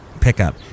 pickup